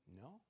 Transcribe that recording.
no